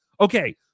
Okay